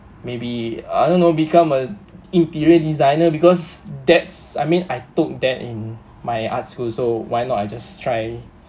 maybe I don't know become a interior designer because that's I mean I took that in my arts school why not I just try